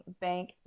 bank –